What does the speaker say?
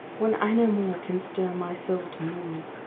when i no more can stir my soul to move,